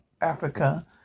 Africa